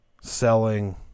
selling